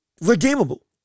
redeemable